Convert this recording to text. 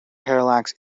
parallax